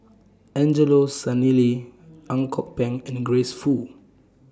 Angelo Sanelli Ang Kok Peng and Grace Fu